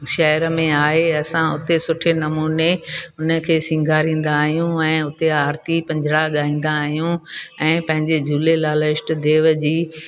शहर में आहे असां हुते सुठे नमूने हुनखे सींगारींदा आहियूं ऐं हुते आरिती पंजिड़ा गाईंदा आहियूं ऐं पंहिंजे झूलेलाल ईष्ट देव जी